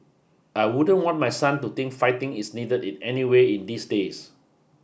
I wouldn't want my son to think fighting is needed in any way in these days